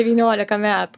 devyniolika metų